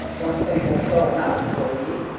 weren't thinking of going out, were ye?